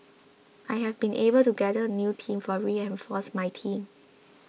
I have been able to gather a new team to reinforce my team